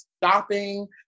stopping